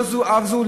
לא זו אף זו,